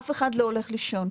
אף אחד לא הולך לישון.